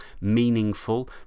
meaningful